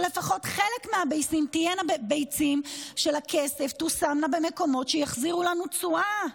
שלפחות חלק מהביצים של הכסף תושמנה במקומות שיחזירו לנו תשואה.